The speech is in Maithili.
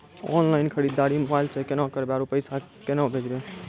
ऑनलाइन खरीददारी मोबाइल से केना करबै, आरु पैसा केना भेजबै?